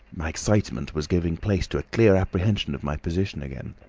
my excitement was giving place to a clear apprehension of my position again.